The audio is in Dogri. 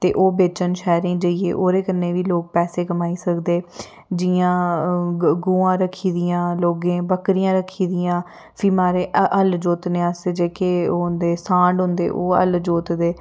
ते ओह् बेचन शैह्रें च जाइयै ओह्दे कन्नै बी लोक पैसे कमाई सकदे जियां गवां रक्खी दियां लोगें बक्करियां रक्खी दियां फ्ही महाराज हल जोतने आस्तै जेह्के ओह् होंदे सांड होंदे ओह् हल जोतदे